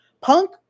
Punk